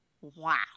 Wow